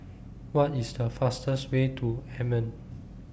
What IS The fastest Way to Amman